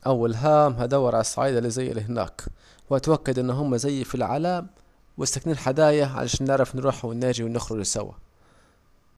أول هام هدور على الصعايدة الي زيي الي هناك كمان هتوكد ان هم زيي في العلام وساكنين حدايا عشان نعرفوا نروحوا ونيجي ونخرجوا سوا